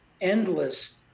endless